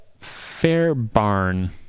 Fairbarn